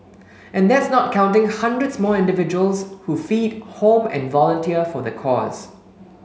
and that's not counting hundreds more individuals who feed home and volunteer for the cause